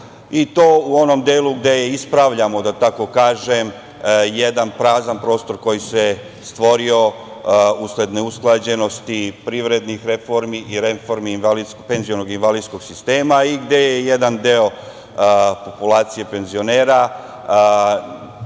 i to u onom delu gde ispravljamo, da tako kažem, jedan prazan prostor koji se stvorio usled neusklađenosti privrednih reformi i reformi penziono-invalidskog sistema i gde jedan deo populacije penzionera,